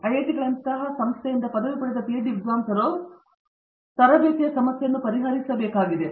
ಐಐಟಿಗಳಂತಹ ಸಂಸ್ಥೆಗಳಿಂದ ಪದವಿ ಪಡೆದ ಪಿಎಚ್ಡಿ ವಿದ್ವಾಂಸರು ತರಬೇತಿ ಸಮಸ್ಯೆಯನ್ನು ಪರಿಹರಿಸಬೇಕಾಗಿದೆ